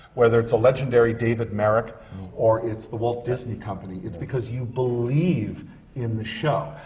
whether it's a legendary david merrick or it's the walt disney company, it's because you believe in the show.